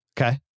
Okay